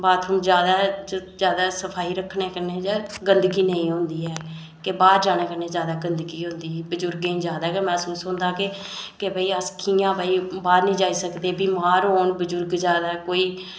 bathroom ज्यादा ज्यादा सफाई रक्खने कन्नै गंदगी नेईं होंदी ऐ बाहर जाने कन्नै ज्यादा गंदगी होंदी बुजुर्गें गी ज्यादा के मैहसूस होंदा के भाई अस कियां भाई बाहर नी जाई सकदे बिमार होन बुजुर्ग ज्यादा कोई